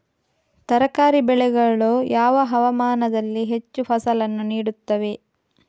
ತರಕಾರಿ ಬೆಳೆಗಳು ಯಾವ ಹವಾಮಾನದಲ್ಲಿ ಹೆಚ್ಚು ಫಸಲನ್ನು ನೀಡುತ್ತವೆ?